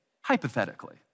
hypothetically